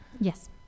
Yes